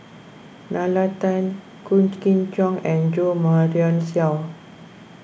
Nalla Tan Wong Kin Jong and Jo Marion Seow